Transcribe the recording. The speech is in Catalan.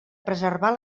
preservar